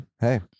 Hey